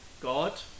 God